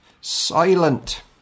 silent